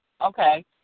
Okay